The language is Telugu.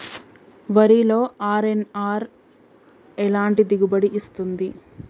వరిలో అర్.ఎన్.ఆర్ ఎలాంటి దిగుబడి ఇస్తుంది?